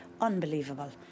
unbelievable